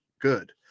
good